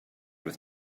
with